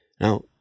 Now